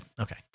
okay